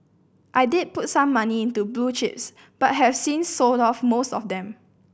I did put some money into blue chips but have since sold off most of them